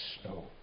snow